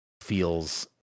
feels